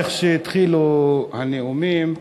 איך שהתחילו הנאומים,